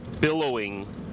billowing